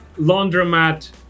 laundromat